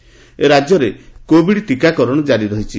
ଟିକାକରଣ ରାକ୍ୟରେ କୋଭିଡ୍ ଟିକାକରଣ ଜାରି ରହିଛି